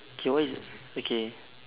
K what is okay